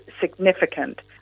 significant